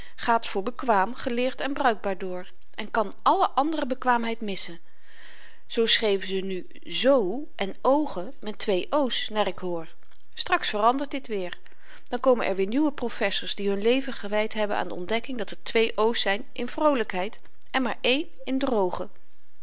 gaat voor bekwaam geleerd en bruikbaar door en kan alle andere bekwaamheid missen zoo schryven ze nu zoo en oogen met twee o's naar ik hoor straks verandert dit weer dan komen er weer nieuwe professers die hun leven gewyd hebben aan de ontdekking dat er twee o's zyn in vrolykheid en maar één in drogen